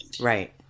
right